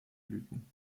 blüten